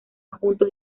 juntos